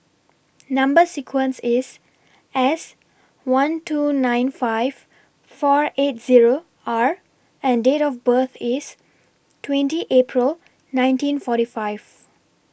Number sequence IS S one two nine five four eight Zero R and Date of birth IS twenty April nineteen forty five